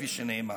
כפי שנאמר.